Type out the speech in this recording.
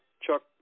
Chuck